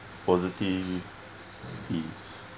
positive peace